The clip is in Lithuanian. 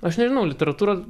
aš nežinau literatūra